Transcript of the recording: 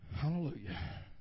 Hallelujah